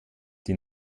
die